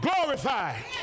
glorified